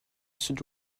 sud